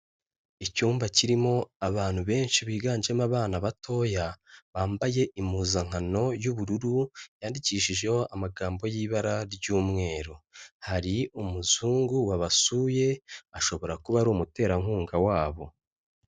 Icyumba kirimo abantu benshi biganjemo abana batoya, bambaye impuzankano y'ubururu, yandikishijeho amagambo y'ibara ry'umweru, hari umuzungu wabasuye ashobora kuba ari umuterankunga wabo.